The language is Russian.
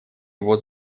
его